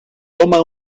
toma